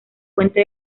fuente